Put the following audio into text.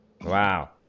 Wow